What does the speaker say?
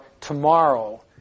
tomorrow